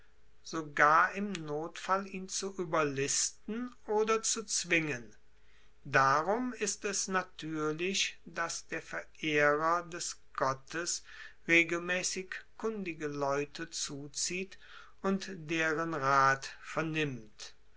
sogar im notfall ihn zu ueberlisten oder zu zwingen darum ist es natuerlich dass der verehrer des gottes regelmaessig kundige leute zuzieht und deren rat vernimmt